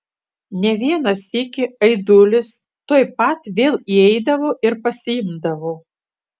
ne vieną sykį aidulis tuoj pat vėl įeidavo ir pasiimdavo